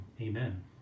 Amen